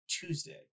Tuesday